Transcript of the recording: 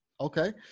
Okay